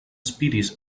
spiris